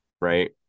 right